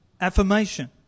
affirmation